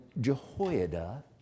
Jehoiada